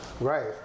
Right